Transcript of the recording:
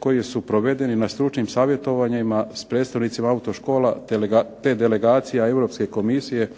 koji su provedeni na stručnim savjetovanjima s predstavnicima autoškola te delegacija europske komisije